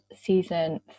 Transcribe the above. season